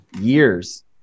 years